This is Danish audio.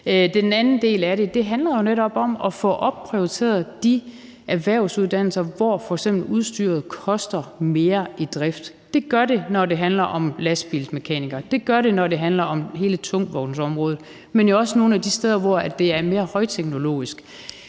jo netop om at få opprioriteret de erhvervsuddannelser, hvor f.eks. udstyret koster mere i drift. Det gør det, når det handler om lastbilmekanikere, og det gør det, når det handler om hele tungvognsområdet, men jo også nogle af de steder, hvor det er mere højteknologisk.